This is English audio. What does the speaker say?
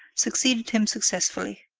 succeeded him successfully.